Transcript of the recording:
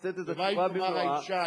לתת את התשובה במלואה,